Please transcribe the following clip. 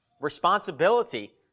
responsibility